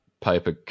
paper